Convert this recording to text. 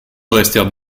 restèrent